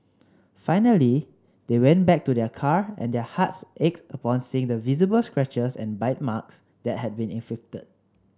finally they went back to their car and their hearts ached upon seeing the visible scratches and bite marks that had been inflicted